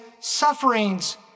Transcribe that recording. sufferings